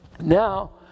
Now